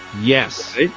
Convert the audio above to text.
Yes